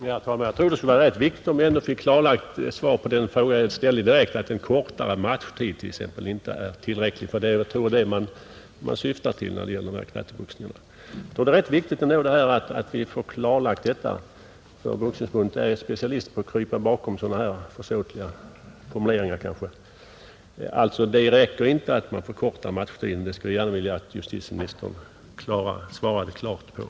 Herr talman! Jag tror att det skulle vara rätt viktigt om vi ändå kunde få ett svar på den fråga jag direkt ställde, dvs. om t.ex. en kortare matchtid skulle vara tillräcklig. Jag tror nämligen att det är det man syftar till när det gäller knatteboxningarna. Det är rätt viktigt att få detta klarlagt, eftersom Boxningsförbundet har som specialitet att krypa bakom sådana kanske något försåtliga formuleringar. Jag ville alltså gärna att justitieministern gav klart besked om att det inte räcker med en förkortad matchtid.